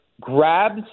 grabs